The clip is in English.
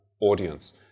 audience